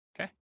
Okay